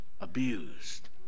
abused